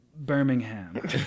Birmingham